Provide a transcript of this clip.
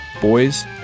boys